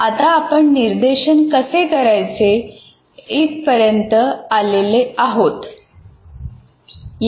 आता आपण निर्देशन कसे करायचे पर्यंत आलो आहोत